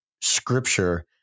scripture